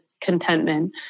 contentment